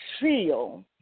feel